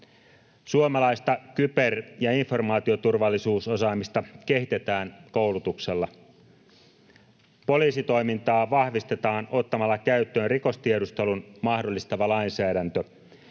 suomalaista kyber- ja informaatioturvallisuusosaamista kehitetään koulutuksella, poliisitoimintaa vahvistetaan ottamalla käyttöön rikostiedustelun mahdollistava lainsäädäntö.